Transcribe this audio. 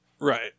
Right